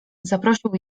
zaprosił